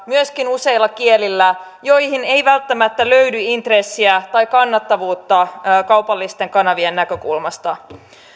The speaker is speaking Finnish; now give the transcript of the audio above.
myöskin useilla kielillä joihin ei välttämättä löydy intressiä tai kannattavuutta kaupallisten kanavien näkökulmasta